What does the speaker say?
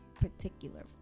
particular